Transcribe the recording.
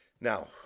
Now